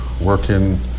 working